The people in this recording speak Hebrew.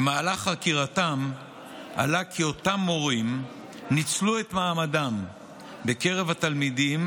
במהלך חקירתם עלה כי אותם מורים ניצלו את מעמדם בקרב התלמידים,